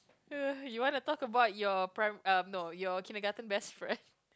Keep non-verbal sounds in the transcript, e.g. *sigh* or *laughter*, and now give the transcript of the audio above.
*noise* you want to talk about your pri~ uh no your kindergarten best friend